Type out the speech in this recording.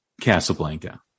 Casablanca